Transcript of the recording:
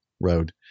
Road